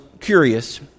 curious